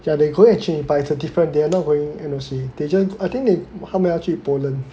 ya they are going exchange but it's a different they are not going N_O_C they just I think they 他们要去 Poland